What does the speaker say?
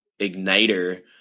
igniter